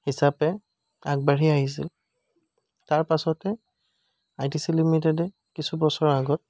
হিচাপে আগবাঢ়ি আহিছে তাৰ পাছতে আই টি চি লিমিটেডে কিছু বছৰৰ আগত